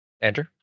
Andrew